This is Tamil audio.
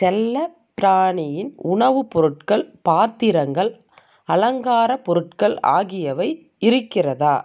செல்லப்பிராணியின் உணவுப் பொருட்கள் பாத்திரங்கள் அலங்காரப் பொருட்கள் ஆகியவை இருக்கிறதா